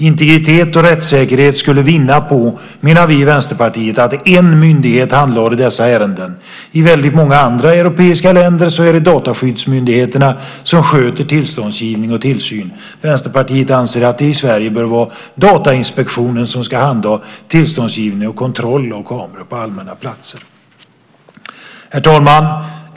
Integriteten och rättssäkerheten skulle vinna på att en myndighet handlade dessa ärenden, menar vi i Vänsterpartiet. I väldigt många andra europeiska länder är det dataskyddsmyndigheterna som sköter tillståndsgivning och tillsyn. Vänsterpartiet anser att det i Sverige bör vara Datainspektionen som ska handha tillståndsgivning och kontroll av kameror på allmänna platser. Herr talman!